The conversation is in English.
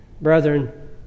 Brethren